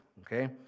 okay